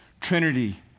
Trinity